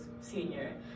senior